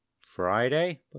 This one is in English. Friday